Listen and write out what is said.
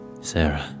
Sarah